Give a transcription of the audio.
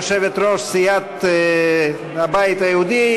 יושבת-ראש סיעת הבית היהודי,